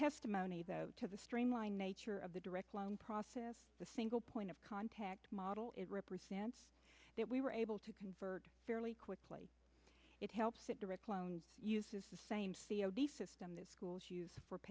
testimony to the streamlined nature of the direct loan process the single point of contact model it represents that we were able to convert fairly quickly it helps that direct loan uses the same cod system the schools use for